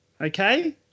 Okay